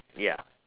ya